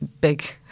big